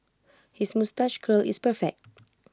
his moustache curl is perfect